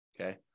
Okay